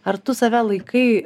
ar tu save laikai